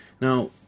Now